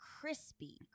crispy